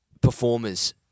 performers